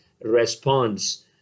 response